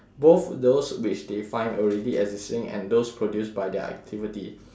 both those which they find already existing and those produced by their activity